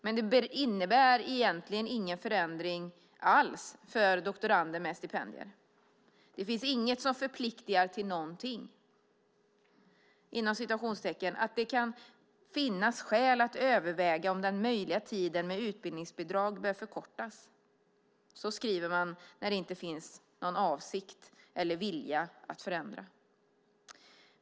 Men det innebär egentligen ingen förändring alls för doktorander med stipendier. Det finns inget som förpliktar till någonting. Utskottet skriver "att det kan finnas skäl att överväga om den möjliga tiden med utbildningsbidrag bör förkortas". Så skriver man när det inte finns någon avsikt eller vilja att förändra.